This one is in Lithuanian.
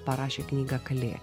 parašė knygą kalė